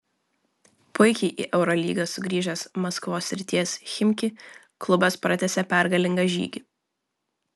puikiai į eurolygą sugrįžęs maskvos srities chimki klubas pratęsė pergalingą žygį